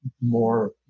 more